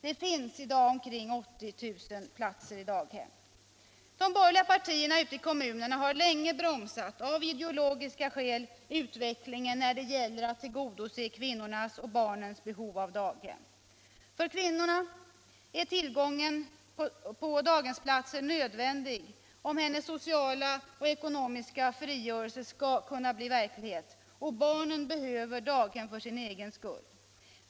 Det finns i dag omkring 80 000 platser i daghem. De borgerliga partierna ute i kommunerna har länge, av ideologiska skäl, bromsat utvecklingen när det gäller att tillgodose kvinnornas och barnens behov av daghem. För kvinnan är tillgång till daghemsplatser nödvändig, om hennes sociala och ekonomiska frigörelse skall kunna bli verklighet, och barnen behöver daghem för sin egen skull.